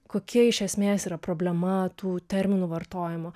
kokia iš esmės yra problema tų terminų vartojimo